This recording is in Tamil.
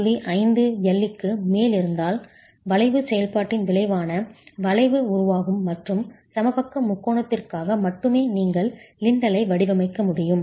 5 L லிக்கு மேல் இருந்தால் வளைவு செயல்பாட்டின் விளைவான வளைவு உருவாகும் மற்றும் சமபக்க முக்கோணத்திற்காக மட்டுமே நீங்கள் லிண்டலை வடிவமைக்க முடியும்